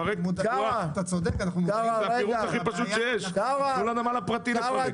--- את הפירוק הכי פשוט שיש תנו לנמל הפרטי לפרק.